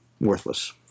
worthless